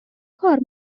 کار